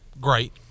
Great